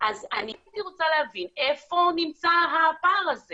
--- אז אני הייתי רוצה להבין איפה נמצא הפער הזה